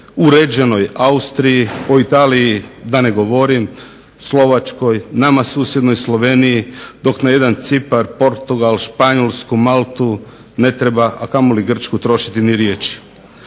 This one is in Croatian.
uređenoj Austriji, o Italiji da ne govorim, Slovačkoj, nama susjednoj Sloveniji, dok na jedan Cipar, Portugal, Španjolsku, Maltu ne treba a kamoli Grčku trošiti ni riječi.